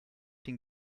den